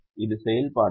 இது செயல்பாடா